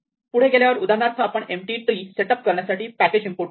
पुढे गेल्यावर उदाहरणार्थ आपण एम्पटी ट्री सेंट अप करण्यासाठी पॅकेज इम्पोर्ट करतो